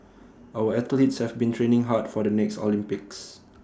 our athletes have been training hard for the next Olympics